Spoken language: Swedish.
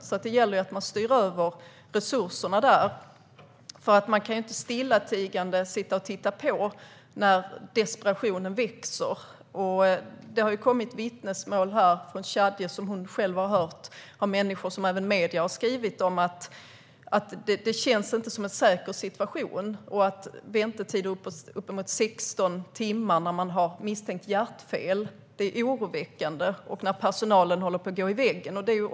Det gäller alltså att man styr över resurserna dit, för man kan inte stillatigande sitta och titta på när desperationen växer. Shadiye delade med sig av vittnesmål från människor som även medierna har skrivit om; det handlar om att det inte känns som en säker situation. Att väntetiden kan vara uppemot 16 timmar när man har ett misstänkt hjärtfel är oroväckande. Personalen håller dessutom på att gå in i väggen.